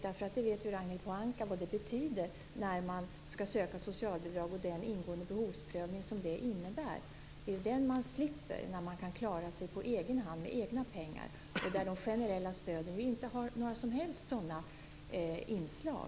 Ragnhild Pohanka vet vad den ingående behovsprövning som sker när man ansöker om socialbidrag innebär. Den slipper man när man kan klara sig på egen hand, med egna pengar. De generella stöden har inte några som helst sådana inslag.